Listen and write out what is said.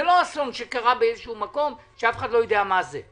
זה לא אסון שקרה באיזשהו מקום שאף אחד לא יודע מה זה.